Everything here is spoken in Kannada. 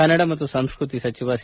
ಕನ್ನಡ ಮತ್ತು ಸಂಸ್ಕೃತಿ ಸಚಿವ ಸಿ